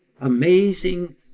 amazing